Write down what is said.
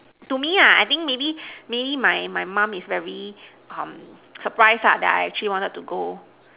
to me ah I think maybe maybe my my mum is very surprised that I actually want to go